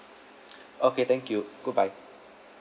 okay thank you goodbye